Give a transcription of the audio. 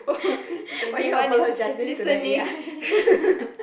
were you apologising to the A_I